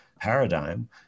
paradigm